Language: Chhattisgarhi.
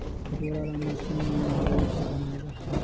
डोरा ल मसीन मे बइट के बनाल जाथे